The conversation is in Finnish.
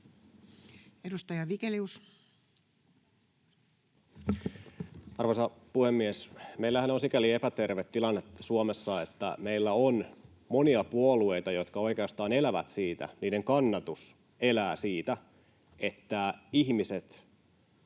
Content: Arvoisa puhemies! Meillähän on sikäli epäterve tilanne Suomessa, että meillä on monia puolueita, jotka oikeastaan elävät siitä, niiden kannatus elää siitä, että